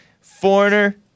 Foreigner